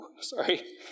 Sorry